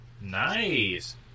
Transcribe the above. Nice